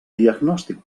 diagnòstic